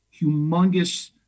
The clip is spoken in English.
humongous